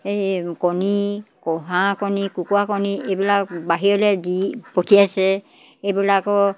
এই কণী হাঁহ কণী কুকুৰা কণী এইবিলাক বাহিৰলৈ দি পঠিয়াইছে এইবিলাকৰ